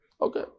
Okay